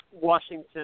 Washington